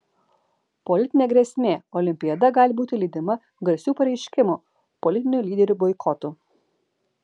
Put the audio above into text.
politinė grėsmė olimpiada gali būti lydima garsių pareiškimų politinių lyderių boikotų